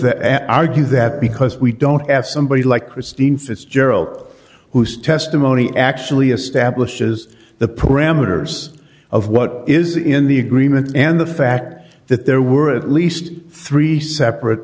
that argue that because we don't f somebody like christine fitzgerald whose testimony actually establish is the parameters of what is in the agreement and the fact that there were at least three separate